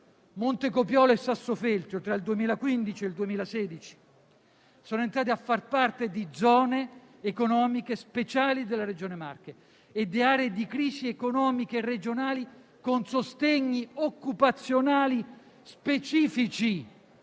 Montecopiolo e Sassofeltrio tra il 2015 e il 2016 sono entrati a far parte di zone economiche speciali della Regione Marche e di aree di crisi economiche regionali con sostegni occupazionali specifici